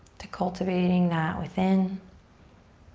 to cultivating that within